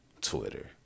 Twitter